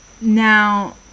Now